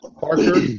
Parker